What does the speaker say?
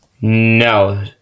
No